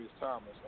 Thomas